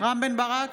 רם בן ברק,